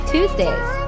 Tuesdays